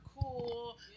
cool